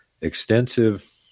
extensive